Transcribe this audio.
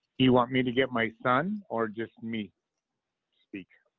you want me to get my son or just me speak?